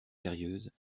sérieuses